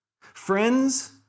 friends